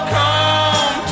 come